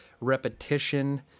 repetition